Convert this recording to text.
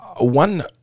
one